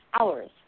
hours